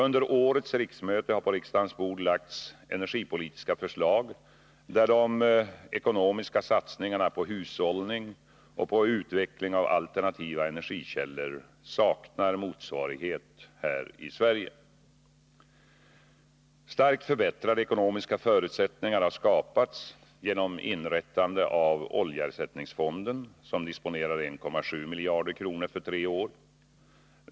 Under årets riksmöte har på riksdagens bord lagts energipolitiska förslag, där de ekonomiska satsningarna på hushållning och på utveckling av alternativa energikällor saknar motsvarighet här i Sverige. Starkt förbättrade ekonomiska förutsättningar har skapats genom inrättande av oljeersättningsfonden, som disponerar 1,7 miljarder kronor för tre år.